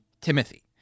Timothy